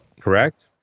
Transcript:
Correct